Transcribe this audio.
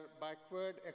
backward